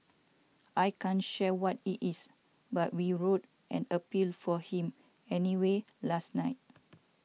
I can't share what it is but we wrote an appeal for him anyway last night